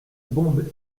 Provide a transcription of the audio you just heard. bombe